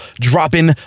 dropping